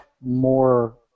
more